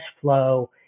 flow